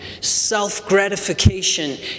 self-gratification